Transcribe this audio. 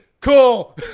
cool